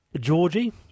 Georgie